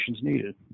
needed